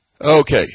Okay